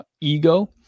ego